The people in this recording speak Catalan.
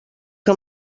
que